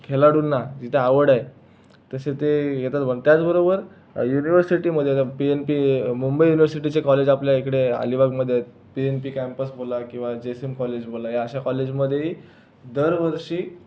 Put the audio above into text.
खेळाडूंना जिथं आवड आहे तसे ते येतात मग त्याचबरोबर यूनिवर्सिटीमध्ये पी एन पी मुंबई यूनिवर्सिटीचे कॉलेज आपल्या इकडे आहे अलिबागमध्ये आहेत पी एन पी कॅम्पस बोला किंवा जेसम कॉलेज बोला या अशा कॉलेजमध्येही दरवर्षी